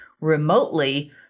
remotely